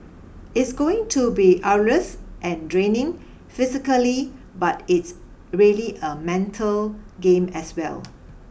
it's going to be arduous and draining physically but it's really a mental game as well